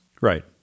Right